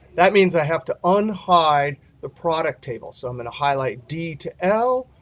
that means i have to unhide the product table. so i'm going to highlight d to l,